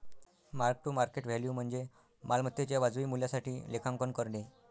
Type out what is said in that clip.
mark to market value म्हणजे मालमत्तेच्या वाजवी मूल्यासाठी लेखांकन करणे